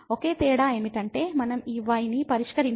ఒకే తేడా ఏమిటంటే మనం ఈ y ని పరిష్కరించాము